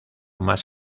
más